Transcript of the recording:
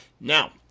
now